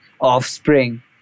offspring